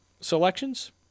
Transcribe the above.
selections